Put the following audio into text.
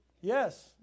Yes